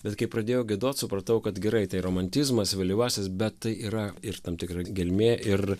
bet kai pradėjau giedot supratau kad gerai tai romantizmas vėlyvasis bet tai yra ir tam tikra gelmė ir